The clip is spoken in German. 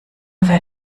wer